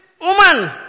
woman